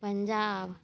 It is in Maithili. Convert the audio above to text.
पञ्जाब